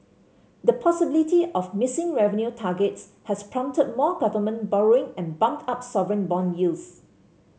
the possibility of missing revenue targets has prompted more government borrowing and bumped up sovereign bond yields